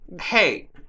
Hey